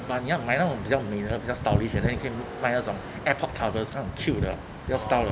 but 你要买到那种比较美的比较 stylish eh then we 可以卖那种 AirPod covers 那很 cute 的要 style [lo]